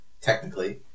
technically